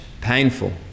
painful